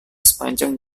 sepanjang